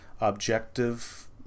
objective